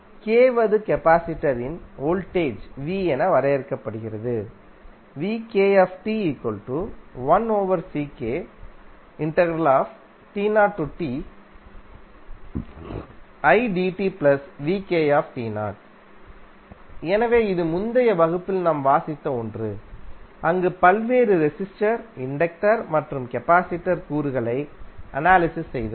Kவதுகபாசிடர் in voltage என வரையறுக்கப்படுகிறது எனவே இது முந்தைய வகுப்பில் நாம் விவாதித்த ஒன்று அங்கு பல்வேறு ரெசிஸ்டர் இண்டக்டர் மற்றும் கபாசிடர் கூறுகளை அனாலிசிஸ் செய்தோம்